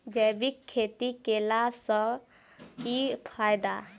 जैविक खेती केला सऽ की फायदा?